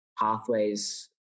pathways